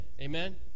amen